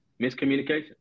miscommunication